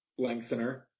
lengthener